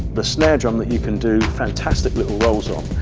the snare drum that you can do fantastic little rolls on.